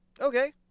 Okay